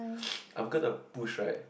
I'm gonna to push right